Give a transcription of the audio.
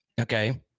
Okay